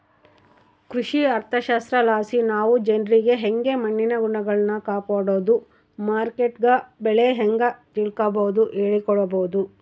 ಕೃಷಿ ಅರ್ಥಶಾಸ್ತ್ರಲಾಸಿ ನಾವು ಜನ್ರಿಗೆ ಯಂಗೆ ಮಣ್ಣಿನ ಗುಣಗಳ್ನ ಕಾಪಡೋದು, ಮಾರ್ಕೆಟ್ನಗ ಬೆಲೆ ಹೇಂಗ ತಿಳಿಕಂಬದು ಹೇಳಿಕೊಡಬೊದು